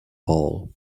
ball